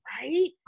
right